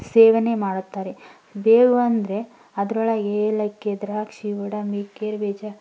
ಸೇವನೆ ಮಾಡುತ್ತಾರೆ ಬೇವು ಅಂದರೆ ಅದ್ರೊಳಗೆ ಏಲಕ್ಕಿ ದ್ರಾಕ್ಷಿ ಗೋಡಂಬಿ ಗೇರುಬೀಜ